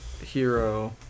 hero